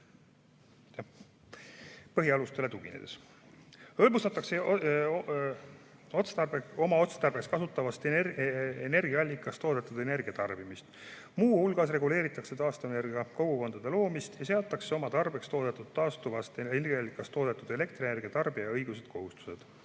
põhialustele. Hõlbustatakse oma otstarbeks kasutatavast energiaallikast toodetud energia tarbimist. Muu hulgas reguleeritakse taastuvenergiakogukondade loomist ja seatakse oma tarbeks toodetud taastuvast energiaallikast toodetud elektrienergia tarbija õigused-kohustused.